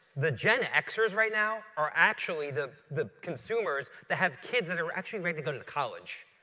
the gen xers right now are actually the the consumers that have kids that are actually ready to go to to college.